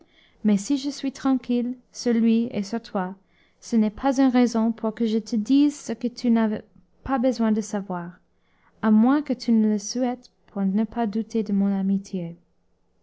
mais si je suis tranquille sur lui et sur toi ce n'est pas une raison pour que je te dise ce que tu n'as pas besoin de savoir à moins que tu ne le souhaites pour ne pas douter de mon amitié